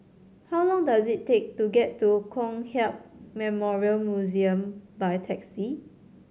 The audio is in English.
how long does it take to get to Kong Hiap Memorial Museum by taxi